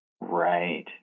Right